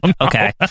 okay